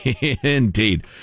Indeed